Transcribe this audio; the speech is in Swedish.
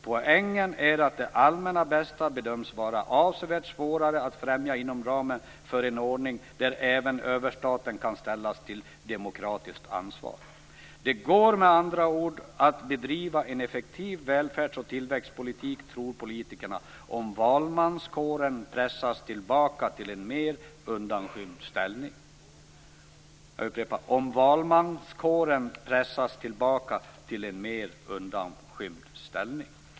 Poängen är att det allmänna bästa bedöms vara avsevärt svårare att främja inom ramen för en ordning, där även överstaten kan ställas till demokratiskt ansvar. Det går med andra ord att bedriva en effektivare välfärds och tillväxtpolitik, tror politikerna, om valmanskåren pressas tillbaka till en mer undanskymd ställning. Jag vill upprepa det sista: Om valmanskåren pressas tillbaka till en mer undanskymd ställning.